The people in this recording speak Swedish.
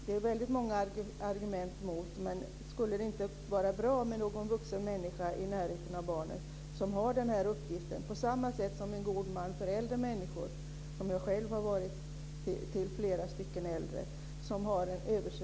Det är väldigt många argument mot, men skulle det inte vara bra med någon vuxen människa i närheten av barnet som har den här uppgiften, på samma sätt som en god man för äldre människor, som jag själv har varit till flera stycken äldre?